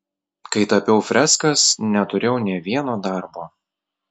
kai tapiau freskas neturėjau nė vieno darbo